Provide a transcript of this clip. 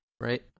Right